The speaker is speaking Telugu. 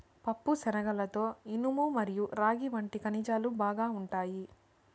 పప్పుశనగలలో ఇనుము మరియు రాగి వంటి ఖనిజాలు బాగా ఉంటాయి